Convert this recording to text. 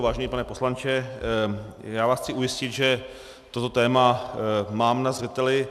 Vážený pane poslanče, já vás chci ujistit, že toto téma mám na zřeteli.